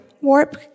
warp